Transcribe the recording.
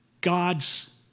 God's